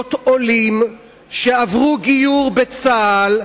זוגות עולים שעברו גיור בצה"ל,